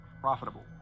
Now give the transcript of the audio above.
profitable